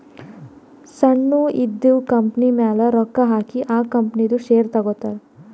ಸಣ್ಣು ಇದ್ದಿವ್ ಕಂಪನಿಮ್ಯಾಲ ರೊಕ್ಕಾ ಹಾಕಿ ಆ ಕಂಪನಿದು ಶೇರ್ ತಗೋತಾರ್